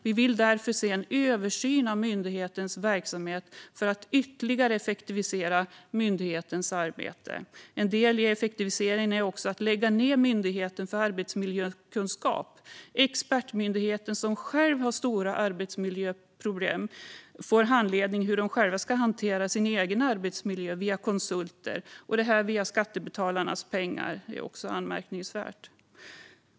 Vi vill därför se en översyn av myndighetens verksamhet för att ytterligare effektivisera dess arbete. En del i effektiviseringen är också att lägga ned Myndigheten för arbetsmiljökunskap. Expertmyndigheten, som själv har stora arbetsmiljöproblem, får handledning i hur de ska hantera sin egen arbetsmiljö via konsulter, och detta för skattebetalarnas pengar. Det är också anmärkningsvärt.